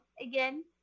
again